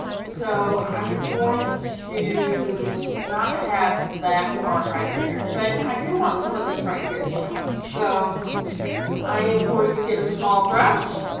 so i'm going to not have that part right there but i do want some of this right here to show up so i am going to get a small brush